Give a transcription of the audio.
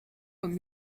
comme